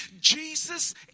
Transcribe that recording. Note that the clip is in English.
Jesus